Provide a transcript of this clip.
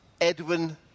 Edwin